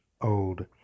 old